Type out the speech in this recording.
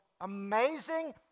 amazing